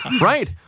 right